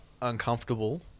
uncomfortable